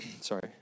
sorry